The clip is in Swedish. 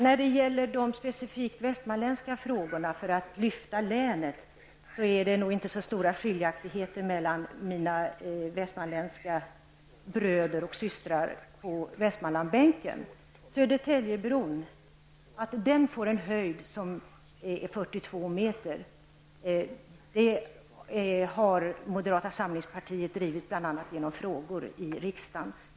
När det gäller de specifika insatserna för att lyfta upp Västmanlands län är det nog inte så stora skiljaktigheter mellan mina bröder och systrar på Västmanlandsbänken. Kravet att Södertäljebron skall få en höjd av 42 m har moderata samlingspartiet drivit bl.a. genom frågor i riksdagen.